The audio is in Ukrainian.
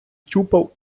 тюпав